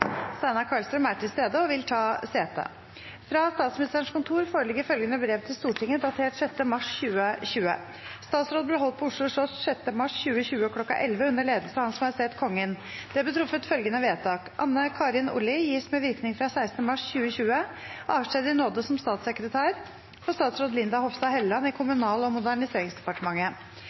Steinar Karlstrøm er til stede og vil ta sete. Fra Statsministerens kontor foreligger følgende brev til Stortinget, datert 6. mars 2020: «Statsråd ble holdt på Oslo slott 6. mars 2020 kl. 1100 under ledelse av Hans Majestet Kongen. Det ble truffet følgende vedtak: Anne Karin Olli gis med virkning fra 16. mars 2020 avskjed i nåde som statssekretær for statsråd Linda Hofstad Helleland i Kommunal- og moderniseringsdepartementet.